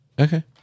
Okay